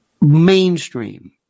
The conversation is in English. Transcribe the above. mainstream